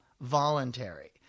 voluntary